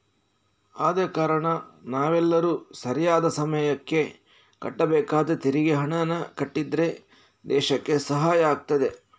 ಆದ ಕಾರಣ ನಾವೆಲ್ಲರೂ ಸರಿಯಾದ ಸಮಯಕ್ಕೆ ಕಟ್ಟಬೇಕಾದ ತೆರಿಗೆ ಹಣಾನ ಕಟ್ಟಿದ್ರೆ ದೇಶಕ್ಕೆ ಸಹಾಯ ಆಗ್ತದೆ